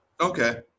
Okay